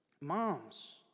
Moms